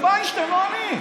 זה וינשטיין, לא אני.